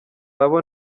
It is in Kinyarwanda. abo